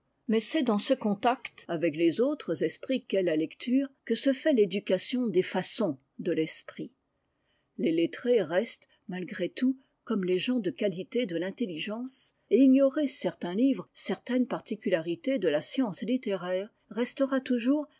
mais c'est dans ce contact avec les autres esprits qu'est la lecture que se fait l'éducation des façons de l'esprit les lettrés restent malgré tout comme les gens de qualité de l'intelligence et ignorer certain livre certaine particularité de la science littéraire restera toujours